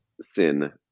sin